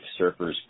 surfers